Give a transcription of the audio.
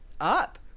Up